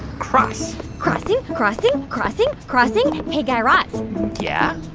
cross crossing, crossing, crossing, crossing. hey, guy raz yeah?